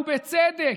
ובצדק,